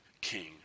king